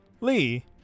Lee